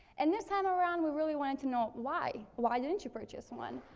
and this time around, we really wanted to know why. why didn't you purchase one,